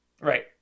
Right